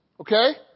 okay